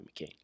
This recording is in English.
McCain